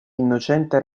innocente